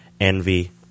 envy